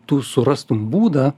tu surastum būdą